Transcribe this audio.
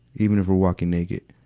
even if we're walking naked.